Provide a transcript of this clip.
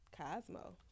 Cosmo